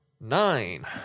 Nine